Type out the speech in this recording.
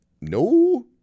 No